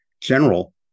General